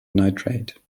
nitrate